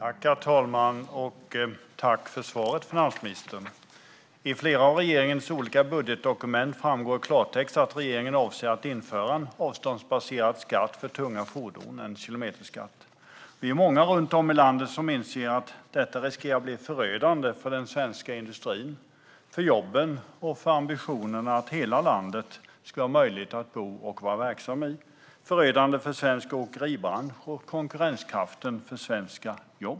Herr talman! Tack för svaret, finansministern! I flera av regeringens olika budgetdokument framgår i klartext att regeringen avser att införa en avståndsbaserad skatt för tunga fordon, en kilometerskatt. Vi är många runt om i landet som inser att detta riskerar att bli förödande för den svenska industrin, för jobben, för ambitionerna att hela landet ska vara möjligt att bo och vara verksam i, för svensk åkeribransch och för konkurrenskraften för svenska jobb.